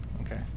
okay